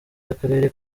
y’akarere